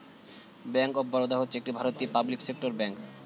bank of Baroda হচ্ছে একটি ভারতীয় পাবলিক সেক্টর ব্যাঙ্ক